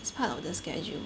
as part of the schedule